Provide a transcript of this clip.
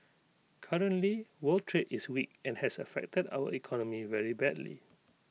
currently world trade is weak and has affected our economy very badly